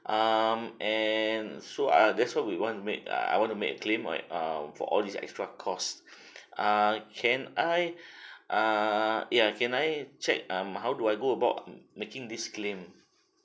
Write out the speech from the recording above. um and so ah that's why we want to make I want to make a claim right um for all these extra cost err can I err ya can I check um how do I go about m~ making this claim